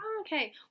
okay